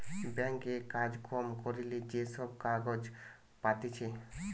bank এ কাজ কম করিলে যে সব কাগজ পাতিছে